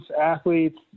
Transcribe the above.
athletes